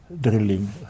drilling